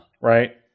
Right